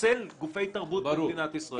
שתחסל גופי תרבות במדינת ישראל.